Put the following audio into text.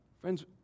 Friends